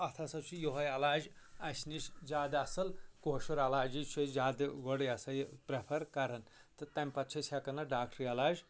اَتھ ہَسا چھُ یۄہَے علاج اَسہِ نِش زیادٕ اَصٕل کوشُر علاجی چھِ أسۍ زیادٕ گۄڈٕ یِہ ہسا یہِ پرٛفَر کَران تہٕ تَمہِ پَتہٕ چھِ أسۍ ہٮ۪کان اَتھ ڈاکٹرٛی علاج